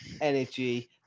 energy